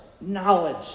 knowledge